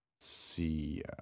see